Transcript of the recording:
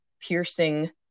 piercing